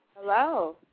Hello